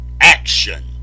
action